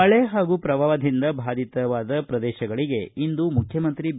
ಮಳೆ ಹಾಗೂ ಪ್ರವಾಪದಿಂದ ಬಾಧಿತವಾದ ಪ್ರದೇಶಗಳಿಗೆ ಇಂದು ಮುಖ್ಯಮಂತ್ರಿ ಬಿ